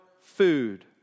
food